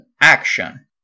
action